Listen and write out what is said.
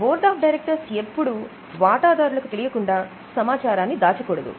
board of directors ఎప్పుడు వాటాదారులకు తెలియకుండా సమాచారాన్ని దాచకూడదు